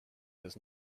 does